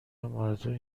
ماراتن